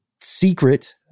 secret